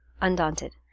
undaunted